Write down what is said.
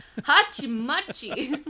Hachi-machi